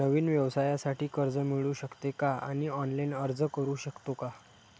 नवीन व्यवसायासाठी कर्ज मिळू शकते का आणि ऑनलाइन अर्ज करू शकतो का?